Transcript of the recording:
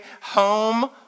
home